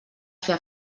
fer